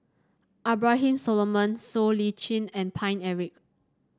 Abraham Solomon Siow Lee Chin and Paine Eric